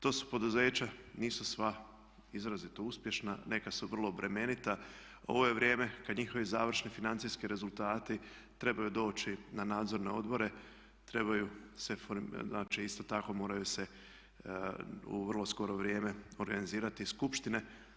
To su poduzeća, nisu sva izrazito uspješna, neka su vrlo bremenita, ovo je vrijeme kad njihovi završni financijski rezultati trebaju doći na nadzorne odbore, trebaju se, isto tako moraju se u vrlo skoro vrijeme organizirati skupštine.